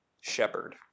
shepherd